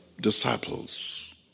disciples